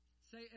Say